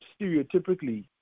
stereotypically